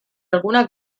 alguna